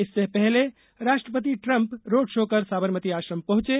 इससे पहले राष्ट्रपति ट्रंप रोड शो कर साबररमती आश्रम पहंचे